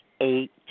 eight